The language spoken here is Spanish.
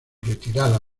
retirada